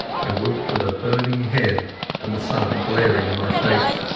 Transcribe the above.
i woke with a burning head and the sun glaring in my face.